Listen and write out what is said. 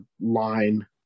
line